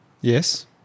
Yes